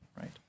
right